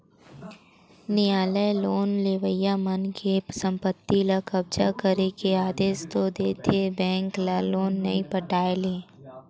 नियालय लोन लेवइया मनखे के संपत्ति ल कब्जा करे के आदेस तो दे देथे बेंक ल लोन नइ पटाय ले